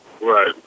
Right